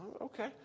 Okay